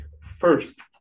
First